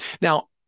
now